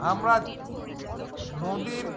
আমরা নদীর